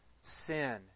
sin